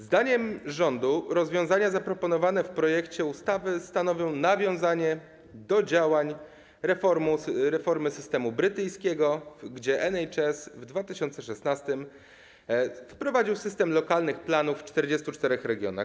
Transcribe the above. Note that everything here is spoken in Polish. Zdaniem rządu rozwiązania zaproponowane w projekcie ustawy stanowią nawiązanie do działań w ramach reformy systemu brytyjskiego, gdzie NHS w 2016 r. wprowadził system lokalnych planów w 44 regionach.